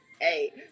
hey